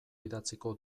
idatziko